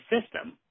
system